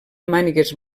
mànigues